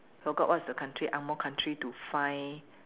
forgot what's the country angmoh country to find